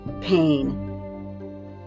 pain